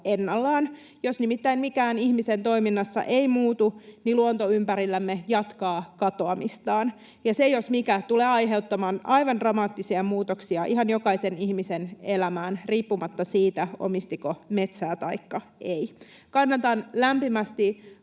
ennallaan. Jos nimittäin mikään ihmisen toiminnassa ei muutu, niin luonto ympärillämme jatkaa katoamistaan, ja se jos mikä tulee aiheuttamaan aivan dramaattisia muutoksia ihan jokaisen ihmisen elämään riippumatta siitä, omistiko metsää taikka ei. Kannatan lämpimästi